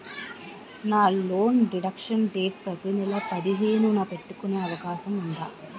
నా loan deduction date ప్రతి నెల పదిహేను న పెట్టుకునే అవకాశం ఉందా?